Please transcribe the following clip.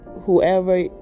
whoever